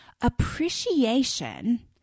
appreciation